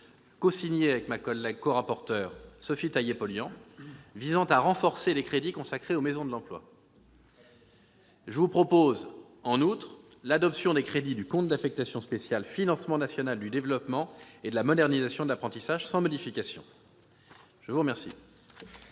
déposé avec ma collègue rapporteur spécial Sophie Taillé-Polian, visant à renforcer les crédits consacrés aux maisons de l'emploi. Très bonne chose ! Je vous propose en outre d'adopter les crédits du compte d'affectation spéciale « Financement national du développement et de la modernisation de l'apprentissage » sans modification. La parole